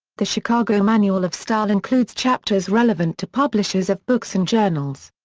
the chicago manual of style includes chapters relevant to publishers of books and journals.